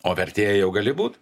o vertėja jau gali būt